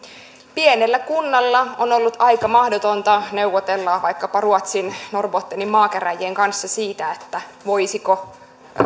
pienellä kunnalla on ollut aika mahdotonta neuvotella vaikkapa ruotsin norrbottenin maakäräjien kanssa siitä voisivatko